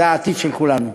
זה העתיד של כולנו.